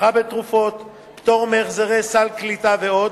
הנחה בתרופות, פטור מהחזרי סל קליטה ועוד.